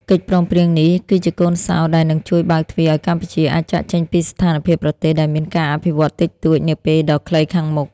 កិច្ចព្រមព្រៀងនេះ គឺជាកូនសោដែលនឹងជួយបើកទ្វារឱ្យកម្ពុជាអាចចាកចេញពីស្ថានភាពប្រទេសដែលមានការអភិវឌ្ឍតិចតួចនាពេលដ៏ខ្លីខាងមុខ។